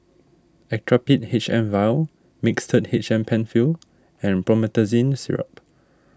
Actrapid H M Vial Mixtard H M Penfill and Promethazine Syrup